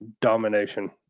domination